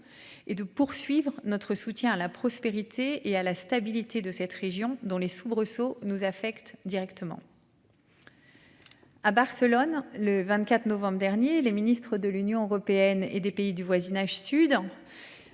Et de poursuivre notre soutien à la prospérité et à la stabilité de cette région dont les soubresauts nous affecte directement.-- À Barcelone, le 24 novembre dernier, les ministres de l'Union européenne et des pays du voisinage sud.